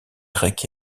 grecque